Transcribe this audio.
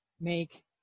make